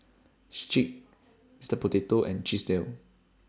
Schick Mister Potato and Chesdale